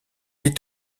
est